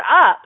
up